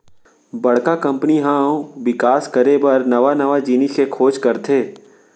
बड़का कंपनी ह अउ बिकास करे बर नवा नवा जिनिस के खोज करथे